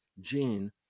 gene